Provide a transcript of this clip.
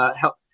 help